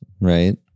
right